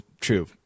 true